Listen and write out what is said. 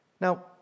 Now